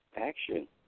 action